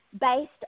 based